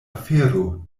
afero